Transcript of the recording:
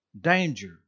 danger